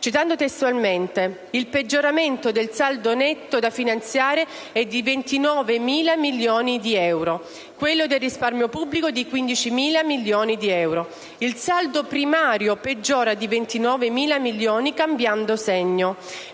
Cito testualmente: «Il peggioramento del saldo netto da finanziare è di 29.187 milioni di euro, quello del risparmio pubblico di 15.512 milioni; il saldo primario peggiora di 29.582 milioni cambiando di segno,